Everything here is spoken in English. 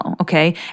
Okay